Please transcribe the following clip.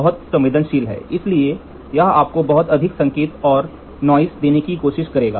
बहुत संवेदनशील है इसलिए यह आपको बहुत अधिक संकेत और नाइस देने की कोशिश करेगा